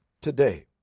today